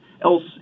else